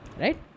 Right